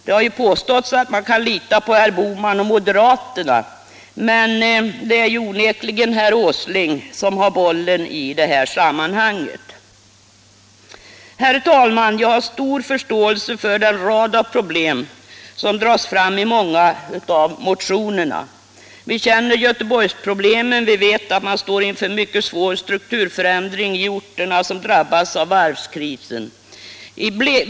Det har ju påståtts att man kan lita på herr Bohman och moderaterna, men det är ju onekligen herr Åsling som har bollen i detta sammanhang. Herr talman! Jag har stor förståelse för den rad av problem som dras fram i många av motionerna. Vi känner Göteborgsproblemen. Vi vet att man står inför en mycket svår strukturförändring på de orter som drabbats av varvskrisen.